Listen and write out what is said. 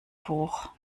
hoch